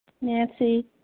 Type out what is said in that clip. Nancy